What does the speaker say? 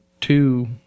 Two